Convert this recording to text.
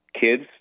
kids